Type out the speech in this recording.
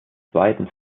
zweiten